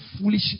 foolish